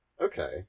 Okay